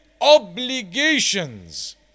obligations